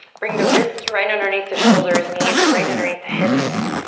bring the wrists right underneath the shoulders, knees right underneath the hips.